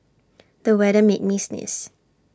the weather made me sneeze